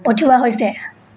পঠিওৱা হৈছে